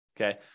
okay